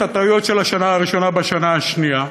הטעויות של השנה הראשונה בשנה השנייה.